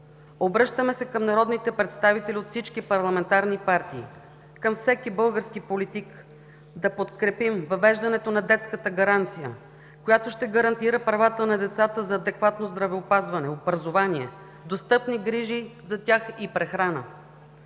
Обръщаме се към народните представители от всички парламентарни групи, към всеки български политик, да подкрепим въвеждането на детската гаранция, която ще гарантира правата на децата за адекватно здравеопазване, образование, достъпни грижи за тях и прехрана.